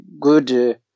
good